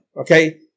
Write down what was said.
Okay